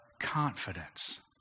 confidence